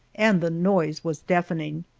and the noise was deafening.